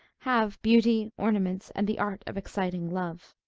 have beauty, ornaments, and the art of exciting love.